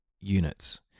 units